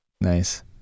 Nice